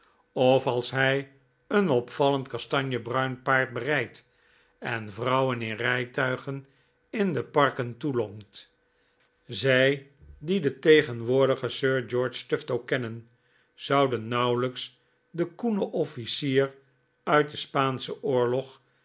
of als hij een opvallend kastanjebruin paard berijdt en vrouwen in rijtuigen in de parken toelonkt zij die den tegenwoordigen sir george tufto kennen zouden nauwelijks den koenen offlcier uit den spaanschen oorlog